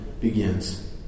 begins